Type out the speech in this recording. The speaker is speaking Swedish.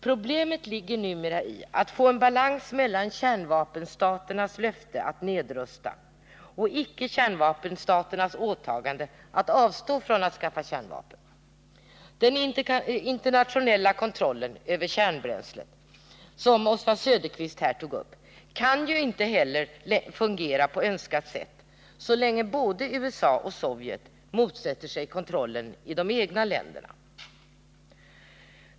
Problemet ligger också numera i att få en balans mellan kärnvapenstaternas löfte att nedrusta och icke-kärnvapenstaternas åtagande att avstå från att skaffa kärnvapen. Den internationella kontrollen över kärnbränslet, som Oswald Söderqvist tog upp, kan ju inte heller fungera på önskat sätt så länge både USA och Sovjet motsätter sig kontrollen i de egna länderna.